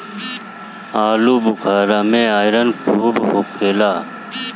आलूबुखारा में आयरन खूब होखेला